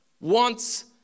wants